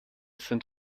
sind